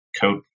coat